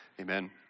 Amen